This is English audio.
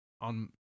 on